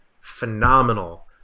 phenomenal